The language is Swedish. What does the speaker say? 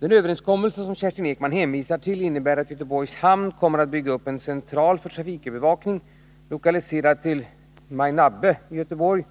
Den överenskommelse som Kerstin Ekman hänvisar till innebär att Göteborgs hamn kommer att bygga upp en central för trafikövervakning, lokaliserad till Majnabbe i Göteborg,